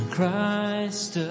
Christ